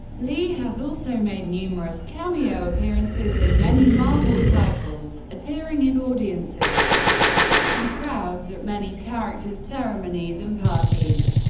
lee has also made numerous cameo appearances in many marvel titles, appearing in audiences and crowds at many characters' ceremonies and parties,